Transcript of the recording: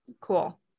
cool